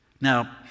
Now